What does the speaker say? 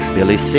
Billy